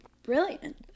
Brilliant